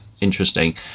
interesting